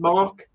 Mark